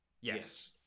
Yes